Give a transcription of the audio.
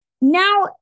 Now